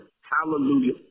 Hallelujah